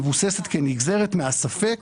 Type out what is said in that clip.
מבוססת כנגזרת מהספק